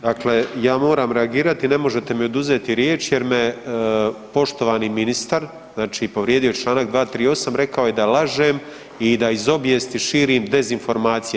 Dakle, ja moram reagirati, ne možete mi oduzeti riječ jer me poštovani ministar, znači povrijedio je čl. 238, rekao je da lažem i da iz obijesti širim dezinformacije.